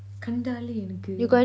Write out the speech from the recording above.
கண்டாலே என்னக்கு:kandaaley ennaku